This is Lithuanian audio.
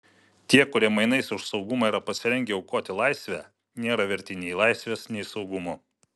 tie kurie mainais už saugumą yra pasirengę aukoti laisvę nėra verti nei laisvės nei saugumo